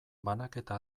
banaketa